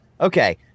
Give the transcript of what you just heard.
okay